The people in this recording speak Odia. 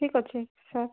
ଠିକ୍ ଅଛି ସାର୍